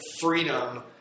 freedom